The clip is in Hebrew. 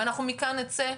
ואנחנו מכאן נצא,